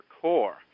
core